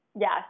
Yes